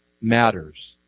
matters